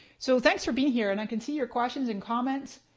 so thanks for being here, and i can see your questions and comments.